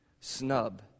snub